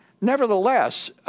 nevertheless